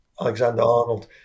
Alexander-Arnold